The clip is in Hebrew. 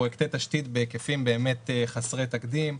פרוייקטי תשתית בהיקפים חסרי תקדים,